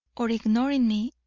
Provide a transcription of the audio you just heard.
or ignoring me,